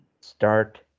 start